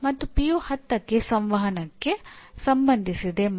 ನಾವು ಎನ್ಬಿಎ ಪ್ರತಿಯೊಂದು ಮಾಹಿತಿಯನ್ನು ತಿಳಿಯೋಣ